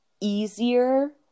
easier